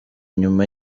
nyuma